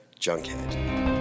Junkhead